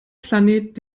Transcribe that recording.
planet